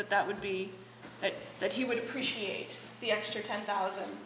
that that would be but that he would appreciate the extra ten thousand